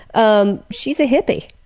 um she's a hippie.